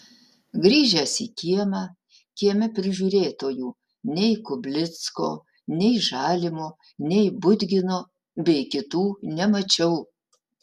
grįžęs į kiemą kieme prižiūrėtojų nei kublicko nei žalimo nei budgino bei kitų nemačiau